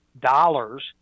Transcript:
dollars